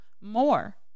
more